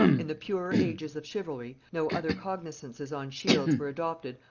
in the purer ages of chivalry, no other cognisances on shields were adopted,